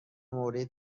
موروی